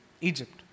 Egypt